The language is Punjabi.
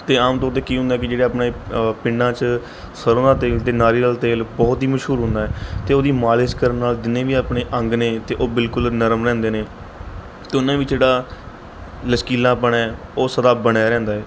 ਅਤੇ ਆਮ ਤੌਰ 'ਤੇ ਕੀ ਹੁੰਦਾ ਜਿਹੜੇ ਆਪਣੇ ਪਿੰਡਾਂ 'ਚ ਸਰ੍ਹੋਂ ਦਾ ਤੇਲ ਅਤੇ ਨਾਰੀਅਲ ਤੇਲ ਬਹੁਤ ਹੀ ਮਸ਼ਹੂਰ ਹੁੰਦਾ ਏ ਅਤੇ ਉਹਦੀ ਮਾਲਿਸ਼ ਕਰਨ ਨਾਲ ਜਿੰਨੇ ਵੀ ਆਪਣੇ ਅੰਗ ਨੇ ਅਤੇ ਉਹ ਬਿਲਕੁਲ ਨਰਮ ਰਹਿੰਦੇ ਨੇ ਅਤੇ ਉਹਨਾਂ ਵਿੱਚ ਜਿਹੜਾ ਲਚਕੀਲਾਪਣ ਹੈ ਉਹ ਸਦਾ ਬਣਿਆ ਰਹਿੰਦਾ ਏ